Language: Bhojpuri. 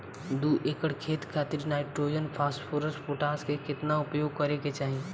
दू एकड़ खेत खातिर नाइट्रोजन फास्फोरस पोटाश केतना उपयोग करे के चाहीं?